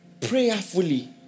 prayerfully